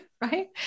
right